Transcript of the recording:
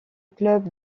club